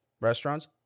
restaurants